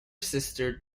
sister